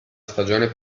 stagione